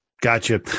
Gotcha